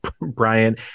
Brian